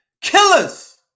killers